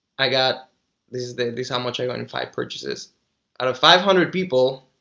i got this is this how much i go and in five purchases out of five hundred people